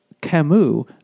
Camus